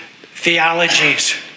theologies